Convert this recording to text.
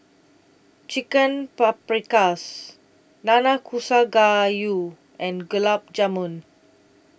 Chicken Paprikas Nanakusa Gayu and Gulab Jamun